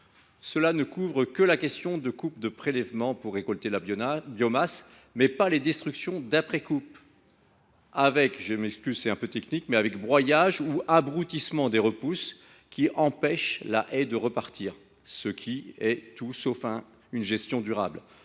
elle couvre les coupes de prélèvement pour récolter la biomasse, mais pas les destructions d’après coupe, avec broyage ou abroutissement des repousses, qui empêchent la haie de repartir. C’est tout sauf une gestion durable.